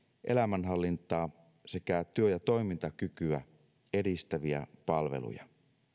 elämänhallintaa sekä työ ja toimintakykyä edistäviä palveluja